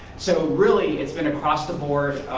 so really it's been across the board,